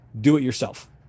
do-it-yourself